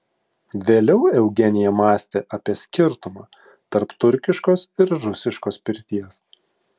vėliau eugenija mąstė apie skirtumą tarp turkiškos ir rusiškos pirties